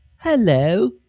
Hello